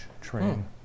train